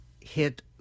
hit